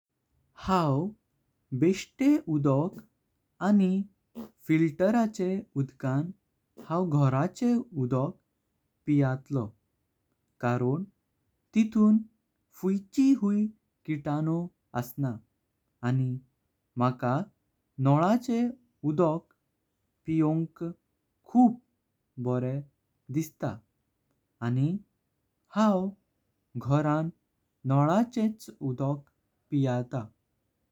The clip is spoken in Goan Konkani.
हांव बेशेंत उदोक आनी फिल्टराचें उदकां हांव घराचे उदोक पियतलो कारण तितून फुंईची हुई किताणो असना। आना माका नोलाचे उदोक पियंक खूप बरे दिसता आनी हांव घरान नोलाचेच उदोक पियता।